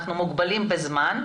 אנחנו מוגבלים בזמן.